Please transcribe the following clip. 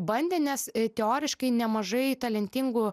bandė nes teoriškai nemažai talentingų